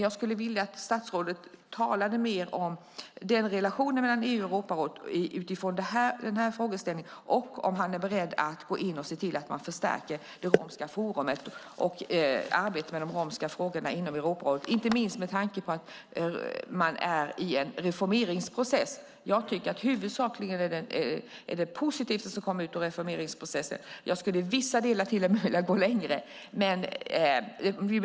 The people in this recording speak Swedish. Jag skulle vilja att statsrådet talade mer om relationen mellan EU och Europarådet utifrån denna frågeställning. Är han beredd att se till att man förstärker det romska forumet och arbetet med de romska frågorna inom Europarådet, inte minst med tanke på att man är i en reformeringsprocess? Det som kommer ut ur reformeringsprocessen är i huvudsak positivt. Jag skulle dock till och med vilja gå längre i vissa delar.